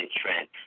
trend